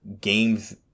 games